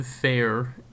fair